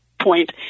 point